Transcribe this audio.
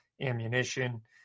ammunition